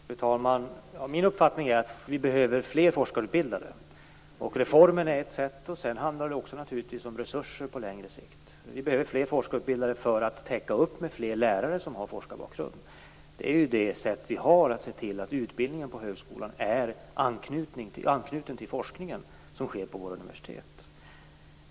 Fru talman! Min uppfattning är att vi behöver fler forskarutbildade. Reformen är ett sätt, och sedan handlar det naturligtvis på längre sikt också om resurser. Vi behöver fler forskarutbildade för att täcka upp med fler lärare som har forskarbakgrund. Det är ju det sätt vi har att se till att utbildningen på högskolan är anknuten till forskningen som sker på våra universitet.